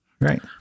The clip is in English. Right